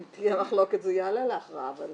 אם תהיה מחלוקת זה יעלה להכרעה אבל